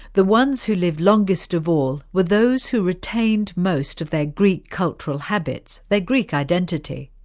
the ones who lived longest of all were those who retained most of their greek cultural habits, their greek identity.